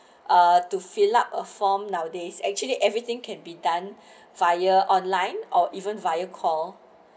uh to fill up a form nowadays actually everything can be done fire online or even via call